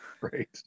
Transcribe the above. Right